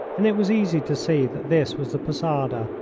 and it was easy to see that this was the posada,